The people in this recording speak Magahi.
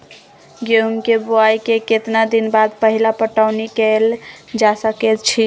गेंहू के बोआई के केतना दिन बाद पहिला पटौनी कैल जा सकैछि?